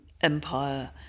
Empire